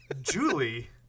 Julie